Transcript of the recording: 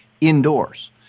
indoors